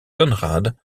conrad